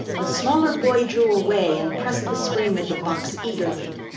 the smaller boy drew away and pressed the spring of the box eagerly.